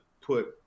put